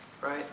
Right